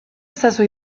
ezazu